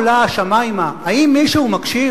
היא כתבה עוד הרבה, הגברת דיקשטיין?